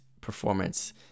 performance